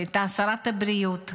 שהייתה שרת הבריאות.